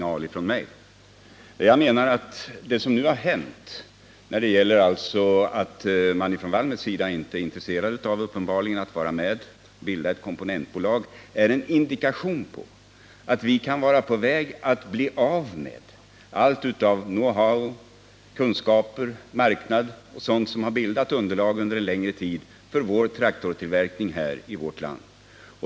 När man från Valmets sida förklarat att man inte längre är intresserad av att vara med och bilda ett komponentbolag, är det om ett avtal trots detta träffas en indikation på att vi med Volvo BM:s goda minne kan vara på väg att bli av med know-how, kunskaper, marknad och allt sådant som en längre tid bildat underlag för traktortillverkningen i vårt land.